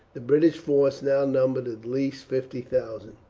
the british force now numbered at least fifty thousand.